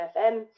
FM